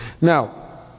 Now